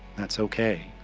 that's okay.